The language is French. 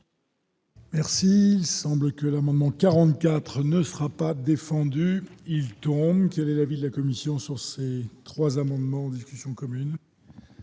Merci, il semble que l'amendement 44 ne fera pas défendu Hilton, quel est l'avis de la Commission sur ces 3 amendements, discussions communes.